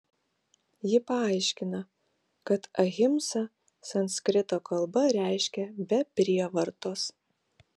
ji paaiškina kad ahimsa sanskrito kalba reiškia be prievartos